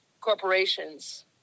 corporations